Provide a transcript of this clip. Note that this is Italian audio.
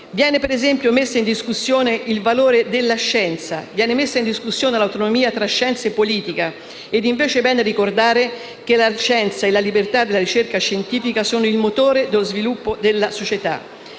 Viene, per esempio, messo in discussione il valore della scienza, l'autonomia tra scienza e politica. È invece bene ricordare che la scienza e la libertà della ricerca scientifica sono il motore dello sviluppo della società